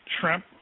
shrimp